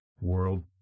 World